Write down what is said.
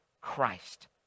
Christ